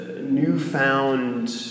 newfound